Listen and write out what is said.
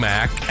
Mac